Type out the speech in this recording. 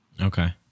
Okay